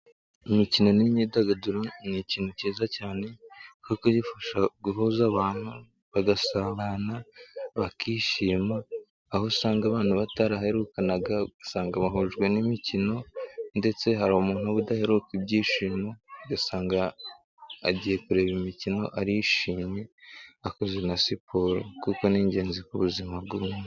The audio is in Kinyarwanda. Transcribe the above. Imikino n'imyidagaduro ni ikintu cyiza cyane bifasha guhuza abantu bagasabana bakishima aho usanga abantu badaraherukana ugasanga bahujwe n'imikino ndetse hari umuntu udaheruka ibyishimo ugasanga agiye kureba imikino arishimye akozwe na siporo kuko ni ingenzi ku buzima bw'umuntu.